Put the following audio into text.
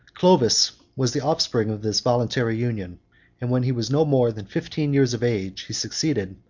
clovis was the offspring of this voluntary union and, when he was no more than fifteen years of age, he succeeded,